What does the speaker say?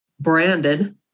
branded